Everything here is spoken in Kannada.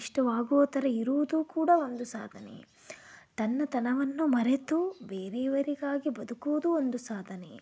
ಇಷ್ಟವಾಗುವ ಥರ ಇರುವುದೂ ಕೂಡ ಒಂದು ಸಾಧನೆಯೇ ತನ್ನತನವನ್ನು ಮರೆತು ಬೇರೆಯವರಿಗಾಗಿ ಬದುಕುವುದೂ ಒಂದು ಸಾಧನೆಯೇ